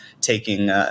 taking